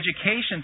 education